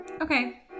Okay